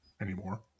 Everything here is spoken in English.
anymore